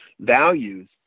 values